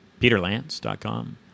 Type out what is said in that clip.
PeterLance.com